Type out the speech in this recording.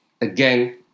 again